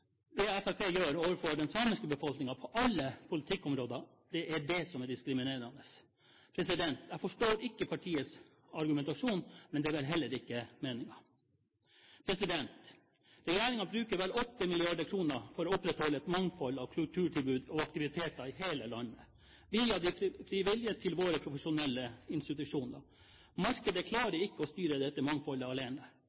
det Fremskrittspartiet gjør overfor den samiske befolkningen, på alle politikkområder, er det som er diskriminerende. Jeg forstår ikke partiets argumentasjon, men det er vel heller ikke meningen. Regjeringen bruker vel 8 mrd. kr for å opprettholde et mangfold av kulturtilbud og aktiviteter i hele landet, via de frivillige til våre profesjonelle institusjoner. Markedet